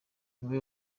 niwe